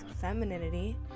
femininity